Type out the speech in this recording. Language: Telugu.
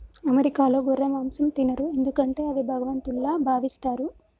అమెరికాలో గొర్రె మాంసం తినరు ఎందుకంటే అది భగవంతుల్లా భావిస్తారు